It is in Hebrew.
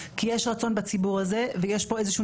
כי יש רצון בציבור הזה ויש פה איזשהו